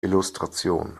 illustration